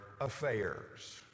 affairs